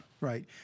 right